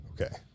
Okay